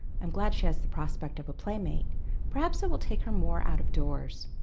i'm glad she has the prospect of a playmate perhaps it will take her more out-of-doors.